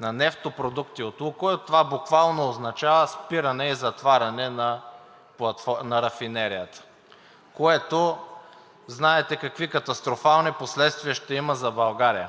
на нефтопродукти от „Лукойл“, това буквално означава спиране и затваряне на рафинерията, което знаете какви катастрофални последствия ще има за България.